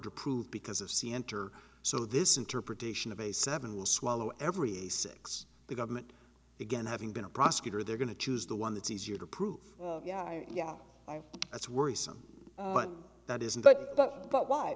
to prove because of c enter so this interpretation of a seven will swallow every six the government again having been a prosecutor they're going to choose the one that's easier to prove yeah yeah that's worrisome but that isn't that but why